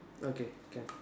okay can